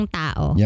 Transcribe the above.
tao